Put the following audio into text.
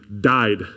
died